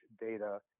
data